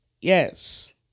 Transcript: Yes